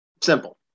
simple